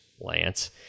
Lance